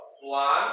one